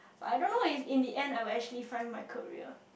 but I don't know if in the end I will actually find my career